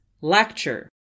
lecture